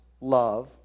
love